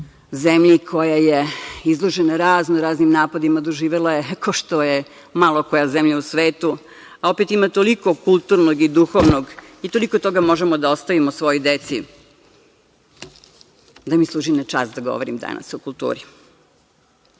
zemlji koja je izložena raznoraznim napadima. Doživela je kao što je malo koja zemlja u svetu, a opet ima toliko kulturnog i duhovnog i toliko toga možemo da ostavimo svojoj deci, da mi služi na čast da govorim danas o kulturi. Kultura